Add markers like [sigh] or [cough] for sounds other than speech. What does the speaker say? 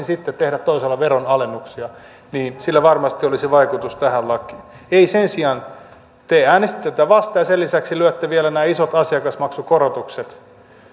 [unintelligible] sitten tehdä toisaalla veronalennuksia niin sillä varmasti olisi vaikutus tähän lakiin ei sen sijaan te äänestitte tätä vastaan ja sen lisäksi lyötte vielä nämä isot asiakasmaksukorotukset